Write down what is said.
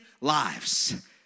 lives